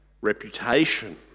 reputation